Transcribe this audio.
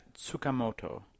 Tsukamoto